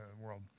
world